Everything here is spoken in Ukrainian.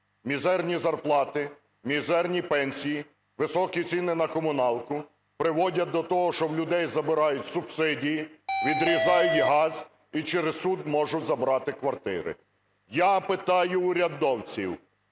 Мізерні зарплати, мізерні пенсії, високі ціни на комуналку приводять до того, що в людей забирають субсидії, відрізають газ і через суд можуть забрати квартири. Я питаю в урядовців: